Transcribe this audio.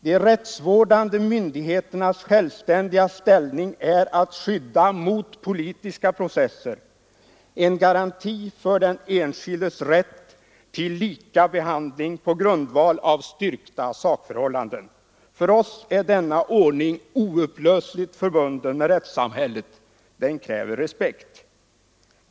De rättsvårdande myndigheternas självständiga ställning är ett skydd mot politiska processer, en garanti för den enskildes rätt till lika behandling på grund av styrkta sakförhållanden. För oss är denna ordning oupplösligt förbunden med rättssamhället. Den kräver respekt.